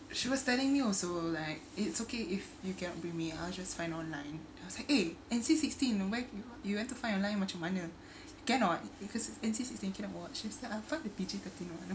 she was telling me also like it's okay if you can't bring me I'll just find online I was like eh N_C sixteen where you want to find online macam mana cannot because it's N_C sixteen you cannot watch she's like I'll find the P_G thirteen one